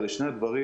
אלו שני הדברים,